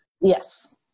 Yes